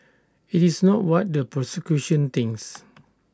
IT is not what the prosecution thinks